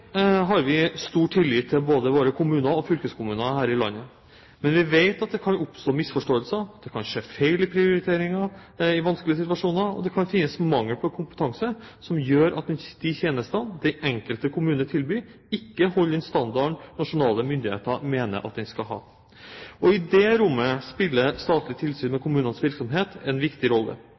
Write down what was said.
har stor tillit til både våre kommuner og fylkeskommuner her i landet, men vi vet samtidig at det kan oppstå misforståelser. Det kan skje feil i prioriteringer i vanskelige situasjoner, og det kan være mangel på kompetanse som gjør at de tjenestene den enkelte kommune tilbyr, ikke holder den standarden nasjonale myndigheter mener at de skal ha. I det rommet spiller det statlige tilsynet med kommunenes virksomhet en viktig rolle.